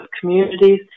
communities